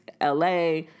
LA